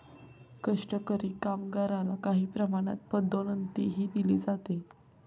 कष्टकरी कामगारला काही प्रमाणात पदोन्नतीही दिली जाते